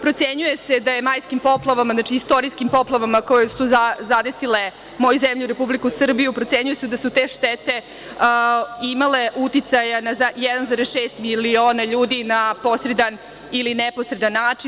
Procenjuje se da je majskim poplavama, znači istorijskim poplavama koje su zadesile moju zemlju, Republiku Srbiju, procenjuje se da su te štete imale uticaja na 1,6 miliona ljudi na posredan ili neposredan način.